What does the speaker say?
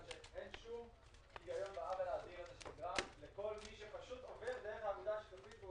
אין שום הגיון בעוול האדיר שנגרם לכל מי שפשוט עובד דרך אגודה שיתופית.